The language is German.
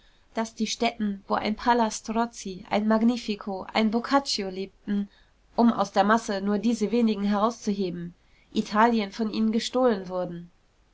daß die stätten wo ein palla strozzi ein magnifico ein boccaccio lebten um aus der masse nur diese wenigen herauszuheben italien von ihnen gestohlen wurden